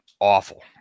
awful